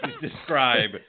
describe